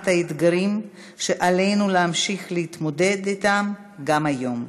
האתגרים שעלינו להמשיך להתמודד אתם גם היום.